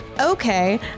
okay